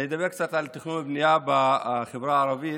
אני אדבר קצת על תכנון ובנייה בחברה הערבית.